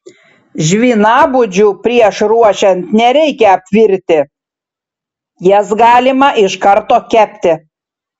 žvynabudžių prieš ruošiant nereikia apvirti jas galima iš karto kepti